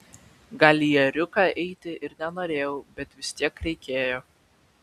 gal į ėriuką eiti ir nenorėjau bet vis tiek reikėjo